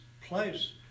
place